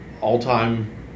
all-time